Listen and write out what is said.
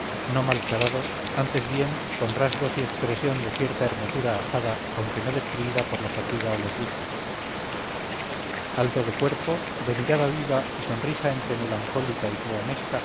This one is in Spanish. no malcarado antes bien con rasgos y expresión de cierta hermosura ajada aunque no destruida por la fatiga o los vicios alto de cuerpo de mirada viva y sonrisa entre melancólica y truhanesca